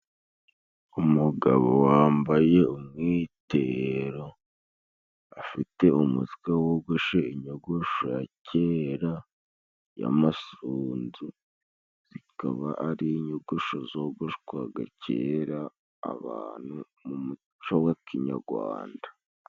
Umugabo wambaye umwitero afite umutwe wogoshe inyogosho ya kera y'amasunzu. Zikaba ari inyogosho zogoshwaga kera abantu mu muco wa kinagwanda.